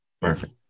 Perfect